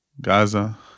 Gaza